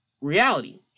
reality